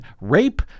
rape